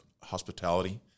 hospitality